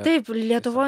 taip ir lietuvoj